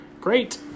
Great